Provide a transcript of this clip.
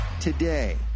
today